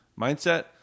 mindset